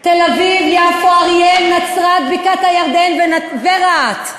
תל-אביב יפו, אריאל, נצרת, בקעת-הירדן ורהט.